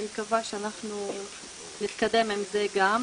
אני מקווה שאנחנו נתקדם עם זה גם.